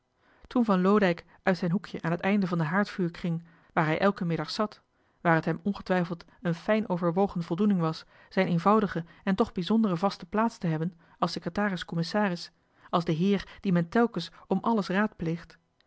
toen van loodijck uit zijn hoekje aan het einde van den haardvuurkring waar hij elken middag zat waar het hem ongetwijfeld een fijn overwogen voldoening was zijn eenvoudige en toch bijzondere vaste plaats te hebben als secretaris commissatis als de heer dien men telkens om alles raadpleegt